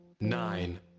nine